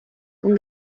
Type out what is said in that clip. con